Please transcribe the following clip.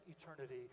eternity